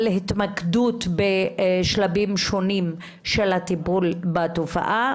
התמקדות בשלבים שונים של הטיפול בתופעה.